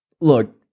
Look